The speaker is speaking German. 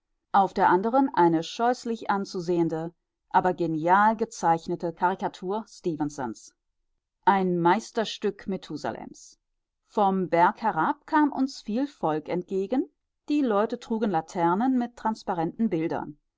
auf der anderen eine scheußlich anzusehende aber genial gezeichnete karikatur stefensons ein meisterstück methusalems vom berg herab kam uns viel volk entgegen die leute trugen laternen mit transparenten bildern